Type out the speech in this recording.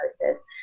process